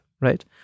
right